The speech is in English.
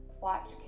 watch